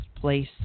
place